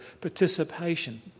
participation